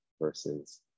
versus